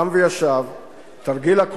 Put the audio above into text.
קם וישב,